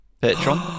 Patron